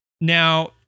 Now